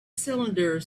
cylinder